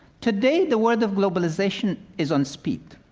today the world of globalization is on speed.